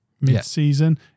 mid-season